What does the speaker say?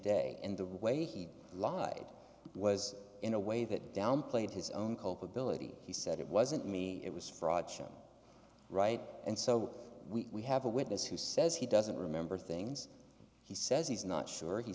day and the way he lied was in a way that downplayed his own culpability he said it wasn't me it was fraud shot right and so we have a witness who says he doesn't remember things he says he's not sure he